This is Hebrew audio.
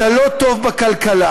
אתה לא טוב בכלכלה,